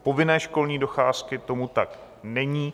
U povinné školní docházky tomu tak není.